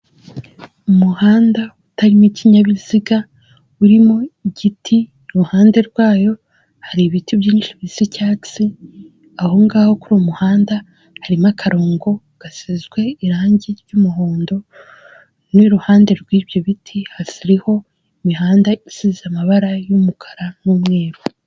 Umuhanda utarimo ikinyabiziga urimo igiti, iruhande rwayo hari ibiti byinshi bisi icyatsi, aho ngaho kuri uwo muhanda harimo akarongo gasizwe irangi ry'umuhondo, n'iruhande rw'ibyo biti hariho imihanda isize amabara y'umukara n'umweru.